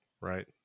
right